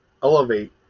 elevate